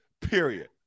Period